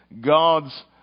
God's